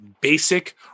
basic